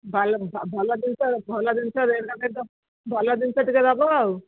ଭଲ ଭଲ ଜିନିଷ ଭଲ ଜିନିଷ ରେଟ୍ ଭଲ ଜିନିଷ ଟିକେ ଦେବ ଆଉ